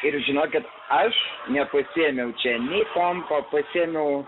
ir žinokit aš nepasiėmiau čia nei kompo pasiėmiau